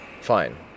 Fine